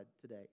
today